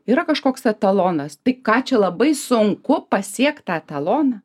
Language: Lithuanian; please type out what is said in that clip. yra kažkoks etalonas tai ką čia labai sunku pasiekt tą etaloną